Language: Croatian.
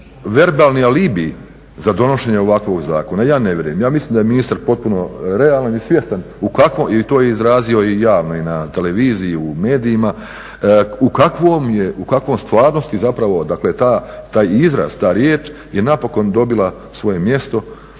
verbalni alibi za donošenje ovakvog zakona? Ja ne vjerujem, ja mislim da je ministar potpuno realan i svjestan, i to je izrazio javno i na televiziji, i u medijima, u kakvom je, u kakvoj stvarnosti zapravo taj izraz, ta riječ je napokon dobila svoje mjesto